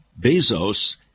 Bezos